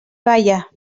balla